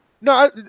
No